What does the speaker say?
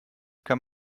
kann